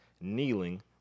kneeling